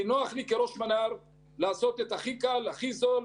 כראש מנה"ר נוח לי לעשות את הכי קל, הכי זול,